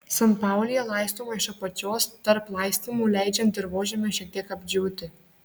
sanpaulija laistoma iš apačios tarp laistymų leidžiant dirvožemiui šiek tiek apdžiūti